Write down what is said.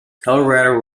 colorado